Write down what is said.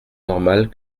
normal